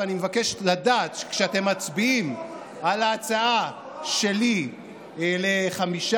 ואני מבקש לדעת שכשאתם מצביעים על ההצעה שלי לחמישה,